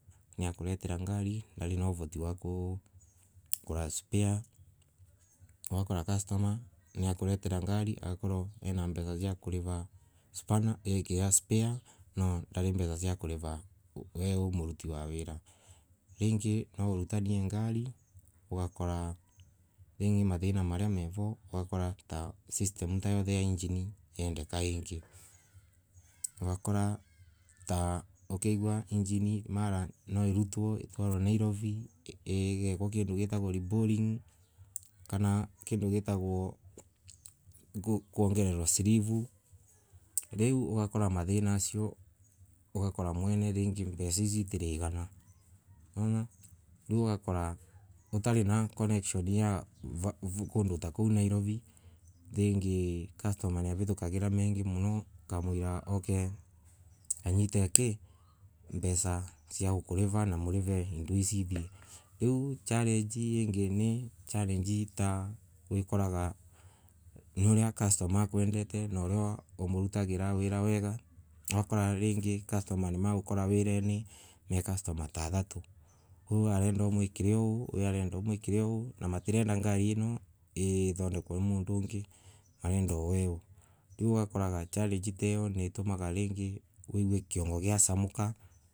Ta riu Ugakora mundu niwakuletera ngari na uvoti wa kugura spare ndena mbesa cia wee muruti wa wira na ringi nwa urutanie ngari ugakora mathina maria menayo ugakora system ya engine ira endeka ingi ugakura mara injini nwa irutwe itware na Nairobi igikwe kindu gitagwa repolling kana kindu gitagwo kuongelelewa silivu riu ugakora mathina macio ugakura mwene ndari na mbesa cia kwigana niwona koguo utari connection kondu ta kuo nairovi ringi customer niuvitukagira maundu mengi na mbesa cia gukuliva na mulive indo icio ithire, riu challenge io ingi ni challenge ta iria customer arendete na uria customer umurutagira wina ugakona ringi customer nimagukora wirari customer ta athatu arenda umwikire uyu arenda umwikire na uyu wingi niarenda na ndereda ithandokwe ni mundu wingi marenda ithondokwe niwe ugakura challenge ta io niratuma wigue kwongo giasamuka.